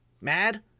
mad